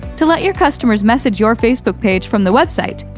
to let your customers message your facebook page from the website,